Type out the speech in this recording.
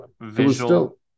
visual